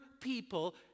people